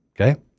Okay